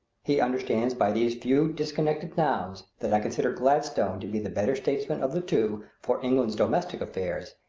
he understands by these few disconnected nouns that i consider gladstone to be the better statesman of the two for england's domestic affairs,